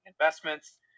investments